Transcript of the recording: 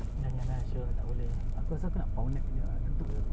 janganlah [siol] tak boleh aku rasa aku nak power nap juga ah ngantuk ah